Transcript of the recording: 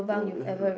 no